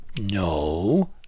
No